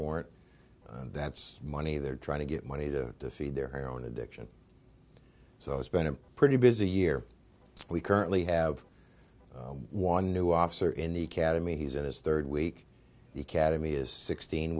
warrant and that's money they're trying to get money to feed their heroin addiction so it's been a pretty busy year we currently have one new officer in the cademy he's in his third week cademy is sixteen